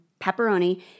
pepperoni